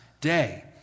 day